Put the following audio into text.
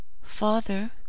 Father